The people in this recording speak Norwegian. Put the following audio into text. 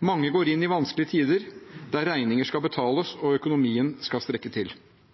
Mange går inn i vanskelige tider der regninger skal betales og økonomien skal strekke til.